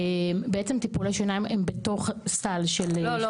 בעצם טיפולי שיניים הם בתוך סל של --- לא,